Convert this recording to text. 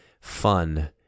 Fun